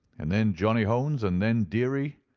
and then johnny hones, and then, dearie,